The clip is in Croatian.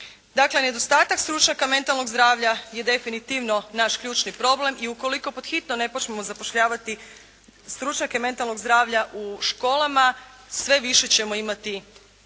Dakle, nedostatak stručnjaka mentalnog zdravlja je definitivno naš ključni problem i ukoliko pod hitno ne počnemo zapošljavati stručnjake mentalnog zdravlja u školama, sve više ćemo imati